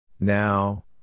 Now